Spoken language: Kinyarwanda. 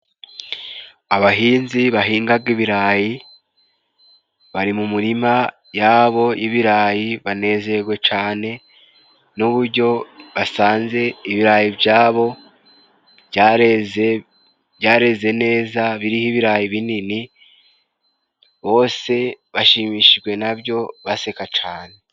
Abahinzi bahingaga ibirayi, bari mu murima yabo y'ibirayi banezewe cane n'uburyo basanze ibirayi byabo byareze, byareze neza biriho ibirayi binini, bose bashimishijwe nabyo baseka cyane.